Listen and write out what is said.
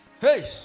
Hey